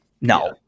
No